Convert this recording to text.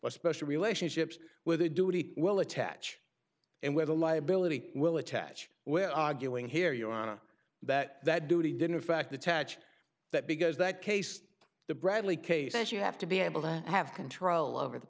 or special relationships with a duty will attach and where the liability will attach where arguing here your honor that that duty didn't in fact attach that because that case the bradley case as you have to be able to have control over the